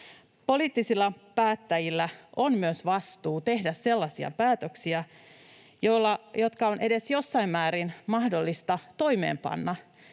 Poliittisilla päättäjillä on myös vastuu tehdä sellaisia päätöksiä, jotka on edes jossain määrin mahdollista toimeenpanna